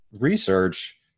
research